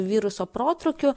viruso protrūkiu